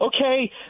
okay